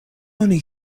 oni